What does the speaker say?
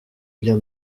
bien